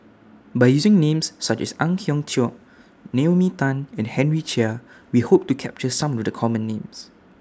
By using Names such as Ang Hiong Chiok Naomi Tan and Henry Chia We Hope to capture Some of The Common Names